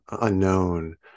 unknown